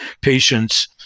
patients